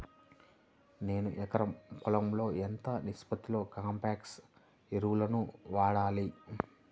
నేను ఎకరం పొలంలో ఎంత నిష్పత్తిలో కాంప్లెక్స్ ఎరువులను వాడాలి?